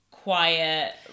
Quiet